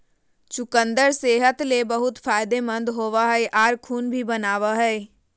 चुकंदर सेहत ले बहुत फायदेमंद होवो हय आर खून भी बनावय हय